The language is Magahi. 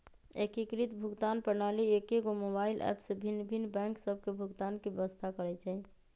एकीकृत भुगतान प्रणाली एकेगो मोबाइल ऐप में भिन्न भिन्न बैंक सभ के भुगतान के व्यवस्था करइ छइ